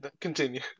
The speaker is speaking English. Continue